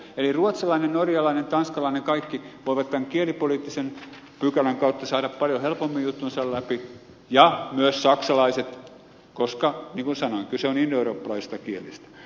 eli ruotsalainen norjalainen tanskalainen kaikki voivat tämän kielipoliittisen pykälän kautta saada paljon helpommin juttunsa läpi ja myös saksalaiset koska niin kuin sanoin kyse on indoeurooppalaisista kielistä